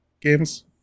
games